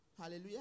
Hallelujah